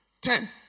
Ten